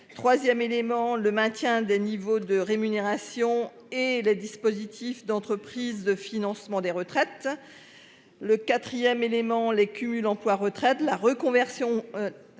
3ème élément le maintien des niveaux de rémunération et les dispositifs d'entreprises de financement des retraites. Le 4ème élément les cumuls emploi retraite la reconversion.